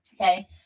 Okay